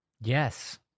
Yes